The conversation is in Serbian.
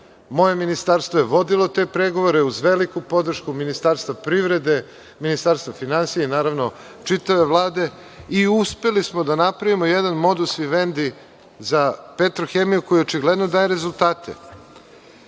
Moje Ministarstvo je vodilo te pregovore uz veliku podršku Ministarstva privrede, Ministarstva finansija i naravno, čitave Vlade, i uspeli smo da napravimo jedan modus ivendi za „Petrohemiju“, koji očigledno daje rezultate.